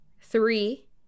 Three